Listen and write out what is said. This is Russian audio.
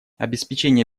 обеспечение